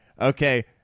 Okay